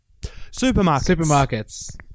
Supermarkets